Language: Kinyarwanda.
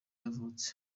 yavutse